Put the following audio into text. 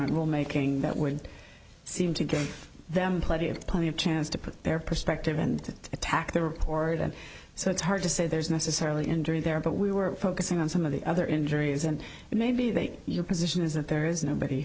rule making that would seem to give them plenty of plenty of chance to put their perspective and attack their origin so it's hard to say there's necessarily enduring there but we were focusing on some of the other injuries and it may be that your position is that there is nobody